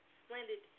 splendid